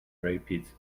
rapids